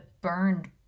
burned